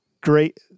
great